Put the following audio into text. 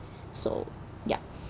so ya